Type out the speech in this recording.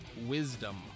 Wisdom